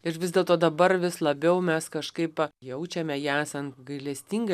ir vis dėl to dabar vis labiau mes kažkaip jaučiame ją esant gailestinga